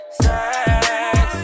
sex